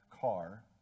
car